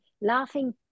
laughing